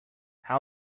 how